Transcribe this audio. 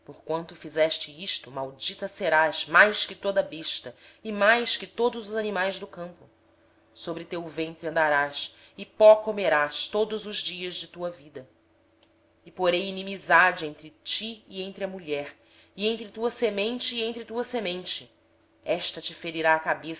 porquanto fizeste isso maldita serás tu dentre todos os animais domésticos e dentre todos os animais do campo sobre o teu ventre andarás e pó comerás todos os dias da tua vida porei inimizade entre ti e a mulher e entre a tua descendência e a sua descendência esta te ferirá a cabeça